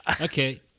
Okay